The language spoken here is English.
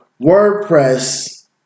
WordPress